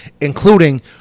including